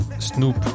Snoop